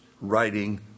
writing